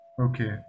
Okay